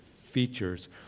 features